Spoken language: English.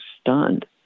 stunned